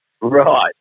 Right